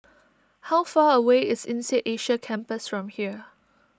how far away is Insead Asia Campus from here